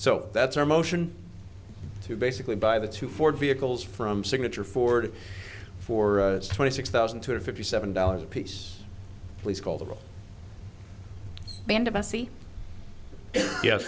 so that's our motion to basically buy the two ford vehicles from signature ford for twenty six thousand two hundred fifty seven dollars a piece please call the band of s c yes